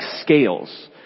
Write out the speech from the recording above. scales